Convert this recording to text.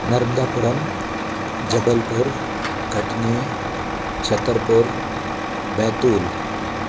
Narmadapuram Jabalpur Katni Chhatarpur Betul